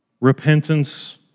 Repentance